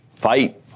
fight